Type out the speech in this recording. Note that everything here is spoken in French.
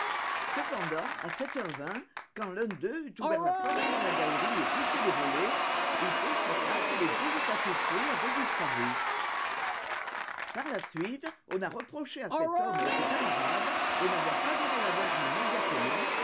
cependant à sept heures vingt quand l'un d'eux eut ouvert la porte de la galerie et poussé les volets il constata que les douze tapisseries avaient disparu par la suite on a reproché à cet homme et à ses camarades de n'avoir pas donné l'alarme immédiatement